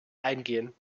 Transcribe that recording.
eingehen